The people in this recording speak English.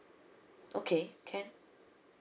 okay can